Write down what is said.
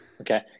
Okay